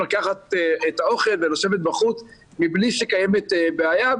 לקחת את האוכל ולשבת בחוץ מבלי שקיימת בעיה.